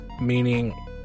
meaning